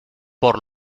por